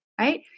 right